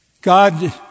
God